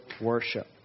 worship